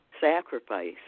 sacrifice